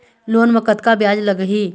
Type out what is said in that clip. Loan म कतका ब्याज लगही?